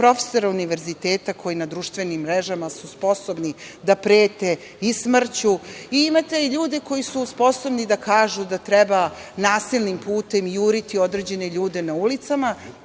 profesore univerziteta koji na društvenim mrežama su sposobni da prete i smrću i imate ljude koji su sposobni da kažu da treba nasilnim putem juriti određene ljude na ulicama.